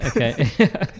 Okay